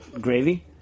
Gravy